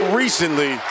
recently